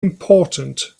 important